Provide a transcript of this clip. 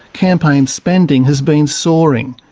campaign spending has been soaring.